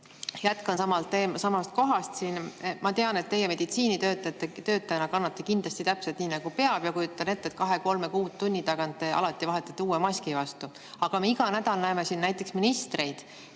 Jätkan samast kohast. Ma tean, et teie meditsiinitöötajana kannate [maski] kindlasti täpselt nii nagu peab, ja kujutan ette, et kahe-kolme tunni tagant te vahetate uue maski vastu. Aga me iga nädal näeme siin näiteks ministreid,